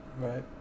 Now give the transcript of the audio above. Right